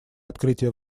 открытия